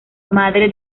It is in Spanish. madre